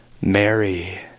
Mary